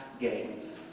games